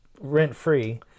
rent-free